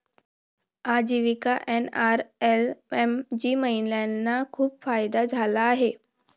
आजीविका एन.आर.एल.एम चा महिलांना खूप फायदा झाला आहे